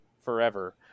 forever